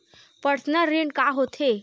Personal ऋण का होथे?